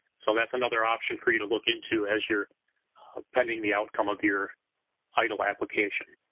so that's another option for you to look into as you're pending the outcome of your eidl application.